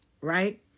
right